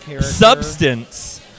substance